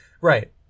Right